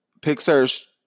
Pixar's